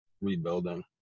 rebuilding